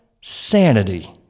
sanity